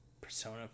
Persona